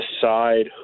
decide